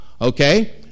okay